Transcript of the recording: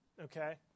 Okay